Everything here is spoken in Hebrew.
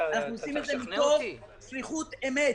אנחנו עושים את זה מתוך שליחות אמת.